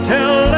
Tell